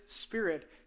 spirit